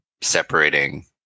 separating